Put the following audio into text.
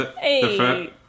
Hey